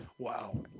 Wow